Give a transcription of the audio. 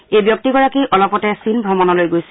এই ব্যক্তিগৰাকী অলপতে চীন অমণলৈ গৈছিল